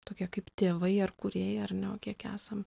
tokie kaip tėvai ar kūrėjai ar ne o kiek esam